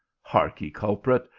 hark ye, culprit!